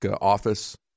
office